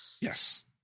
Yes